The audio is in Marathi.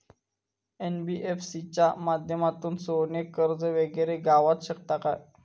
एन.बी.एफ.सी च्या माध्यमातून सोने कर्ज वगैरे गावात शकता काय?